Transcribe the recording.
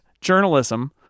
journalism